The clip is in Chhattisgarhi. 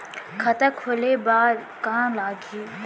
खाता खोले बार का का लागही?